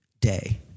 day